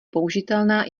použitelná